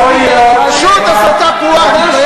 פשוט הסתה פרועה.